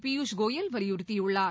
பியூஷ்கோயல் வலியுறுத்தியுள்ளார்